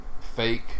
fake